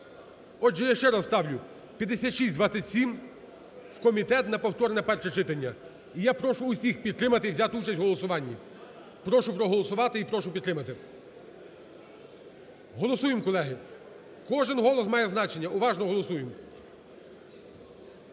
Отже, я ще раз ставлю 5627 в комітет на повторне перше читання. І я прошу усіх підтримати, і взяти участь в голосуванні. Прошу проголосувати і прошу підтримати. Голосуємо, колеги. Кожен голос має значення. Уважно голосуємо.